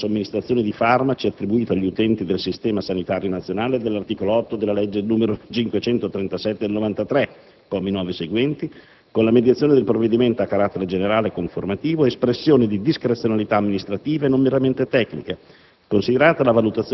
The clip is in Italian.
«il diritto alla somministrazione di farmaci è attribuito agli utenti del SSN dall'art. 8 della legge n. 537 del 1993, commi 9° e ss., con la mediazione del provvedimento, a carattere generale e conformativo - espressione di discrezionalità amministrativa e non meramente tecnica,